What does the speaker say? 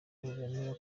bemera